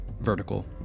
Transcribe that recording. vertical